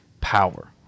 power